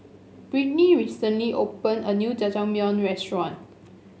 Brittany recently opened a new Jajangmyeon Restaurant